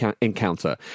encounter